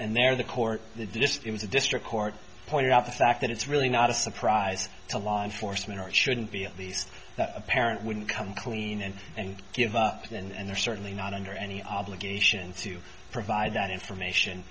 and there the court the district court pointed out the fact that it's really not a surprise to law enforcement or shouldn't be at least that a parent wouldn't come clean and and give up and they're certainly not under any obligation to provide that information